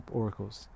oracles